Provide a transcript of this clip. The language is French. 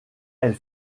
elle